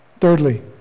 Thirdly